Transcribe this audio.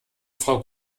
frau